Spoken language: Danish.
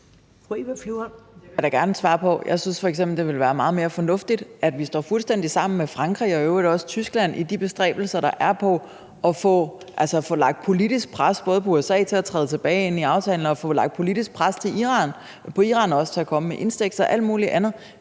Det vil jeg da gerne svare på. Jeg synes f.eks., at det vil være meget mere fornuftigt, at vi står fuldstændig sammen med Frankrig og i øvrigt også Tyskland i de bestræbelser, der er på både at få lagt politisk pres på USA til at genindtræde i aftalen og på at få lagt politisk pres på Iran til at komme med i INSTEX og alt muligt andet.